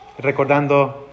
recordando